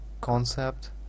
concept